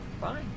Fine